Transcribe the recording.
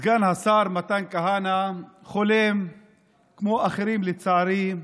סגן השר מתן כהנא חולם כמו אחרים, לצערי,